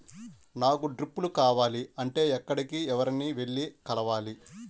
నాకు డ్రిప్లు కావాలి అంటే ఎక్కడికి, ఎవరిని వెళ్లి కలవాలి?